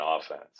offense